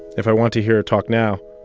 if i want to hear her talk now,